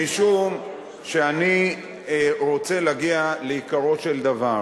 משום שאני רוצה להגיע לעיקרו של דבר.